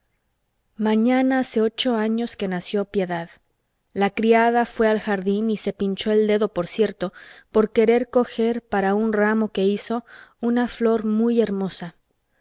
mañana hace ocho años que nació piedad la criada fue al jardín y se pinchó el dedo por cierto por querer coger para un ramo que hizo una flor muy hermosa